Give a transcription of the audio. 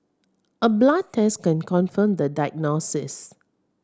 a blood test can confirm the diagnosis